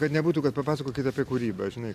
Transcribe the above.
kad nebūtų kad papasakokit apie kūrybą žinai